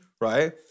right